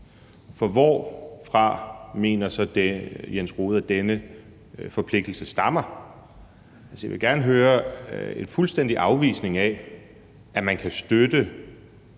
for hvorfra mener hr. Jens Rohde at denne forpligtelse stammer? Jeg vil gerne høre en fuldstændig afvisning af, at man kan støtte